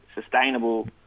sustainable